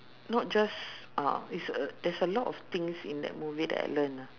not just uh it's a there's a lot of things in that movie that I learn